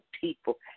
people